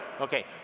Okay